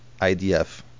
IDF